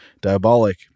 Diabolic